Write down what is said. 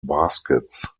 baskets